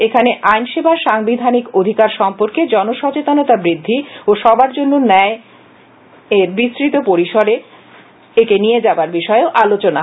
এখানে আইনসেবার সাংবিধানিক অধিকার সম্পর্কে জনসচেতনতা বৃদ্ধি ও সবার জন্য ন্যায় একে বিস্তৃত পরিসরে নিয়ে যাবার বিষয়ে আলোচনা হয়